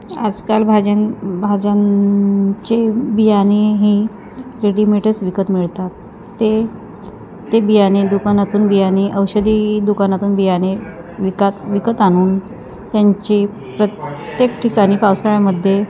आजकाल भाज्या भाज्यांचे बियाणे हे रेडीमेडच विकत मिळतात ते ते बियाणे दुकानातून बियाणे औषधी दुकानातून बियाणे विकत विकत आणून त्यांची प्रत्येक ठिकाणी पावसाळ्यामध्ये